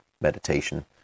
meditation